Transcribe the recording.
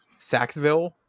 Saxville